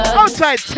Outside